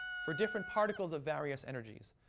for different particles of various energies.